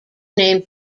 named